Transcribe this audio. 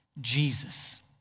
Jesus